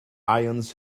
ions